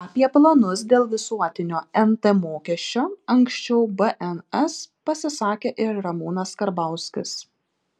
apie planus dėl visuotinio nt mokesčio anksčiau bns pasisakė ir ramūnas karbauskis